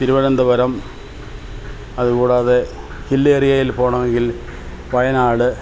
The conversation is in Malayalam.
തിരുവനന്തപുരം അതുകൂടാതെ ഹിൽ ഏരിയയിൽ പോകണമെങ്കിൽ വയനാട്